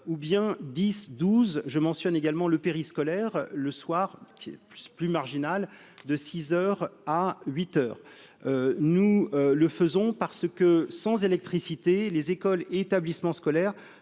ou bien dix douze je mentionne également le périscolaire, le soir, qui est plus plus marginal de six heures à huit heures nous le faisons parce que sans électricité, les écoles et établissements scolaires